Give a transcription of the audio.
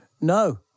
No